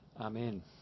Amen